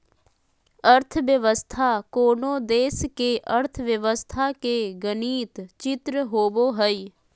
अर्थव्यवस्था कोनो देश के अर्थव्यवस्था के गणित चित्र होबो हइ